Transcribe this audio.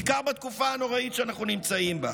בעיקר בתקופה הנוראית שאנחנו נמצאים בה,